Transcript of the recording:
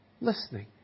listening